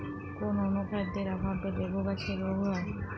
কোন অনুখাদ্যের অভাবে লেবু গাছের রোগ হয়?